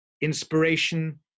inspiration